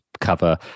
cover